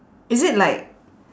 is it like